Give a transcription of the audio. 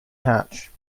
hatch